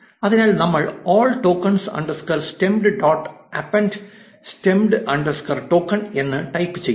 അതിനാൽ നമ്മൾ 'all tokens underscore stemmed dot append stemmed underscore token എന്ന് ടൈപ്പ് ചെയ്യുന്നു